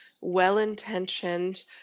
well-intentioned